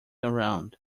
around